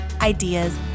ideas